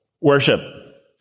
worship